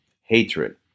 hatred